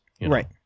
right